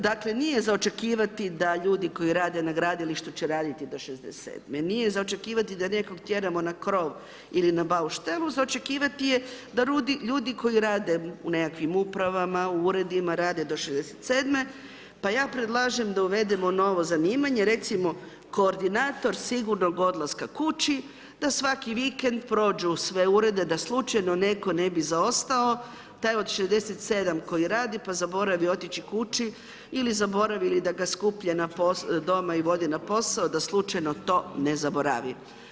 Dakle, nije za očekivati da ljudi koji rade na gradilištu će radit do 67., nije za očekivati da nekog tjeramo na krov ili na bauštelu, za očekivati je da ljudi koji rade u nekakvim upravama, uredima rade do 67. pa ja predlažem da uvedemo novo zanimanje, recimo koordinator sigurnog odlaska kući da svaki vikend prođu sve urede da slučajno neko ne bi zaostao, taj od 67. koji radi, pa zaboravi otići kući ili zaboravi ili da ga skuplja doma i vodi na posao, da slučajno to ne zaboravi.